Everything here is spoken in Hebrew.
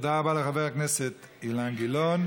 תודה רבה לחבר הכנסת אילן גילאון.